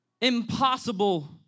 Impossible